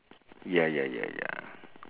ya ya ya ya